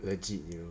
legit you know